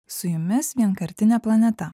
su jumis vienkartinė planeta